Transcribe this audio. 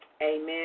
Amen